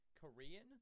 Korean